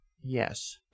yes